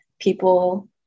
people